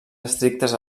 estrictes